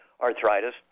arthritis